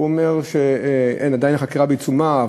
הוא אומר שעדיין החקירה בעיצומה,